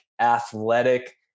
Athletic